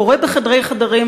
קורה בחדרי חדרים,